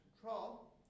control